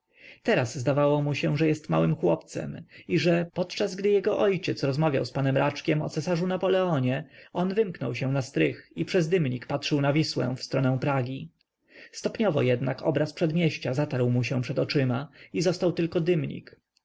teraz zdawało mu się że jest małym chłopcem i że podczas gdy jego ojciec rozmawiał z panem raczkiem o cesarzu napoleonie on wymknął się na strych i przez dymnik patrzył na wisłę w stronę pragi stopniowo jednak obraz przedmieścia zatarł mu się przed oczyma i został tylko dymnik